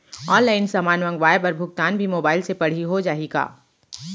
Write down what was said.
Online समान मंगवाय बर भुगतान भी मोबाइल से पड़ही हो जाही का?